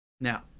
Now